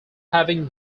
having